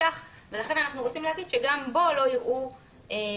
לכן אנחנו רוצים לומר שגם בו לא יראו כהכנסה.